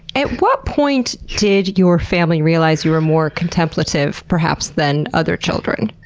at what point did your family realize you were more contemplative, perhaps, than other children?